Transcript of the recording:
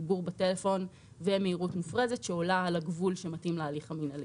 דיבור בטלפון ומהירות מופרזת שעולה על הגבול שמתאים להליך המינהלי.